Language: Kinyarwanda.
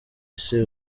isi